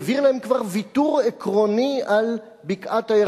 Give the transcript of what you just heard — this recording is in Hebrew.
העביר להם כבר ויתור עקרוני על בקעת-הירדן,